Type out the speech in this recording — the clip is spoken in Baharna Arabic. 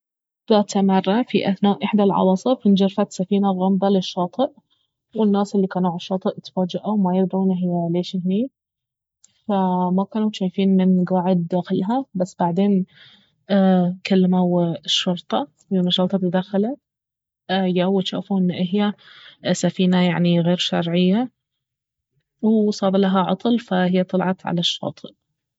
ذات مرة في اثناء احدى العواصف انجرفت سفينة غامضة للشاطئ والناس الي كانوا على الشاطئ تفاجئوا ما يدرون اهي ليش هني فما كانوا جايفين من قاعد داخلها بس بعدين كلموا الشرطة يوم الشرطة دخلت يو وجافوا انه اهي سفينة يعنيغير شرعية وصادها عطل فهي طلعت على الشاطئ